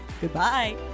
Goodbye